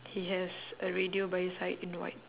he has a radio by his side in white